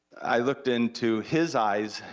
i looked into his eyes,